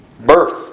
birth